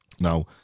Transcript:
Now